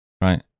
right